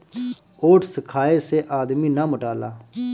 oats खाए से आदमी ना मोटाला